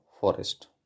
forest